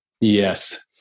Yes